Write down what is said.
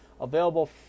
available